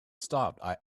stopped